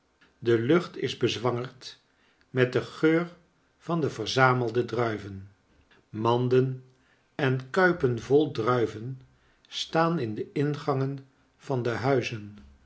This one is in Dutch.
de lucht bezwangerd met den geur van de verzamelde druiven manden en kuipen vol druiven staan in de ingangen van de huizen